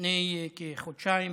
לפני כחודשיים